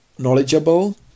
knowledgeable